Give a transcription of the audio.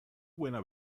buena